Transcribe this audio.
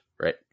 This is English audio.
right